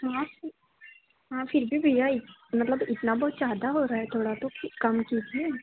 हाँ हाँ फिर भी भैया इ मतलब इतना बहुत ज्यादा हो रहा है थोड़ा तो कम कीजिए